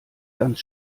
ganz